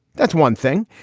that's one thing.